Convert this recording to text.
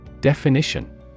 Definition